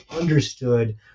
understood